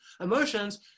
Emotions